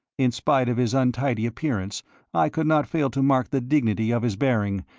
in spite of his untidy appearance i could not fail to mark the dignity of his bearing,